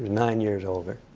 nine years older.